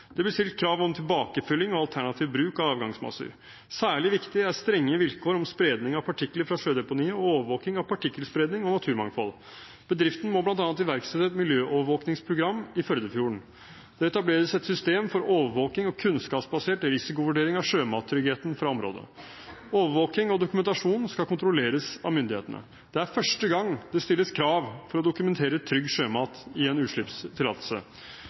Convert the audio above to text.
Det blir stilt krav om tilbakefylling og alternativ bruk av avgangsmasser. Særlig viktig er strenge vilkår for spredning av partikler fra sjødeponiet og overvåking av partikkelspredning og naturmangfold. Bedriften må bl.a. iverksette et miljøovervåkingsprogram i Førdefjorden. Det etableres et system for overvåking og kunnskapsbasert risikovurdering av sjømattryggheten fra området. Overvåking og dokumentasjon skal kontrolleres av myndighetene. Det er første gang det stilles krav om å dokumentere trygg sjømat i en utslippstillatelse.